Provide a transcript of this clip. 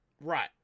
right